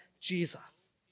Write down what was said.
Jesus